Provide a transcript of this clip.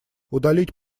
удалить